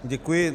Děkuji.